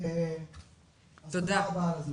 תודה רבה.